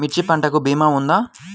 మిర్చి పంటకి భీమా ఉందా?